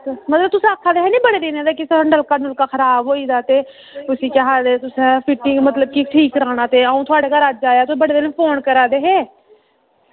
मड़ो तुस आक्खै दे हे नी बड़े दिन दा कि थुआढ़ा नलका नुलका खराब होई गेदा ते उसी केह् आखदे तुसें फिटिंग मतलब कि ठीक कराना ते अंऊ थुआढ़े घर अज्ज आया ते तुस बड़े दिन फोन करा दे हे